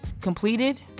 Completed